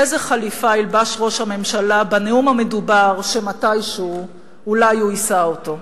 איזה חליפה ילבש ראש הממשלה בנאום המדובר שמתישהו אולי הוא יישא אותו.